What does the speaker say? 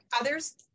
others